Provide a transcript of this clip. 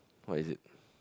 what is it